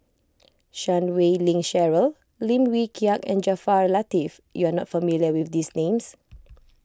Chan Wei Ling Cheryl Lim Wee Kiak and Jaafar Latiff you are not familiar with these names